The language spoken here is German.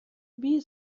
wie